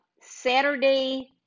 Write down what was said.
Saturday